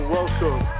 welcome